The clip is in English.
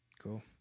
Cool